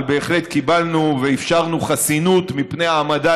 אבל בהחלט קיבלנו ואפשרנו חסינות מפני העמדה